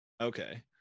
Okay